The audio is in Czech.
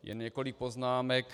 Jen několik poznámek.